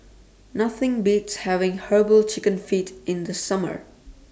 Nothing Beats having Herbal Chicken Feet in The Summer